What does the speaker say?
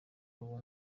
ubu